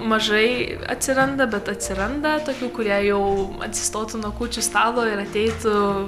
mažai atsiranda bet atsiranda tokių kurie jau atsistotų nuo kūčių stalo ir ateitų